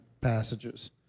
passages